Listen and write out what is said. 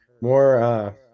more